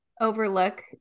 overlook